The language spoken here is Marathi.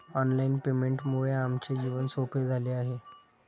ऑनलाइन पेमेंटमुळे आमचे जीवन सोपे झाले आहे